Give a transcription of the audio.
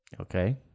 Okay